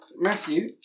Matthew